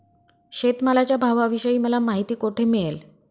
शेतमालाच्या भावाविषयी मला माहिती कोठे मिळेल?